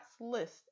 list